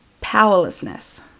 powerlessness